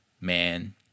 man